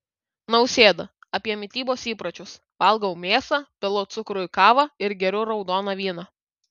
nausėda apie mitybos įpročius valgau mėsą pilu cukrų į kavą ir geriu raudoną vyną